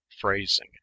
phrasing